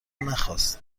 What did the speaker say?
نخواست